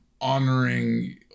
honoring